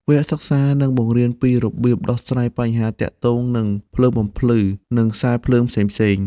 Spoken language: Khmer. វគ្គសិក្សានឹងបង្រៀនពីរបៀបដោះស្រាយបញ្ហាទាក់ទងនឹងភ្លើងបំភ្លឺនិងខ្សែភ្លើងផ្សេងៗ។